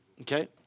Okay